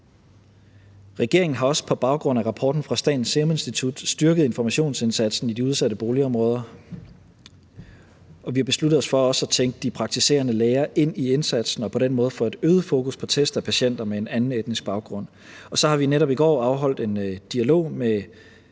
Regeringen har også på baggrund af rapporten fra Statens Serum Institut styrket informationsindsatsen i de udsatte boligområder, og vi har besluttet os for også at tænke de praktiserende læger ind i indsatsen og på den måde få et øget fokus på test af patienter med en anden etnisk baggrund. Så har vi netop i går haft en dialog med